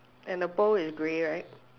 and the pearl is grey right